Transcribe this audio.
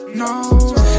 no